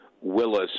Willis